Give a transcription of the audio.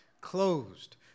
closed